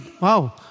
wow